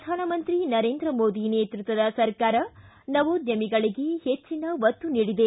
ಪ್ರಧಾನಮಂತ್ರಿ ನರೇಂದ್ರ ಮೋದಿ ನೇತೃತ್ವದ ಸರ್ಕಾರ ನವೋದ್ಯಮಗಳಗೆ ಹೆಚ್ಚಿನ ಒತ್ತು ನೀಡಿದೆ